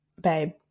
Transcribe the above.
babe